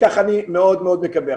כך אני מאוד מאוד מקווה.